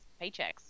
paychecks